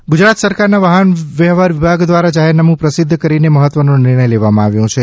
વાહન વ્યવહાર ગુજરાત સરકારના વાહન વ્યવહાર વિભાગ દ્વારા જાહેરનામું પ્રસિદ્ધ કરીને મહત્વનો નિર્ણય લેવામાં આવ્યો છે